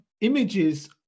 images